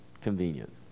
convenient